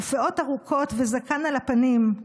ופאות ארוכות וזקן על הפנים.